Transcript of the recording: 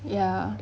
ya